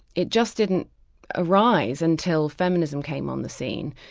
it just didn't arise until feminism came on the scene,